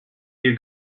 you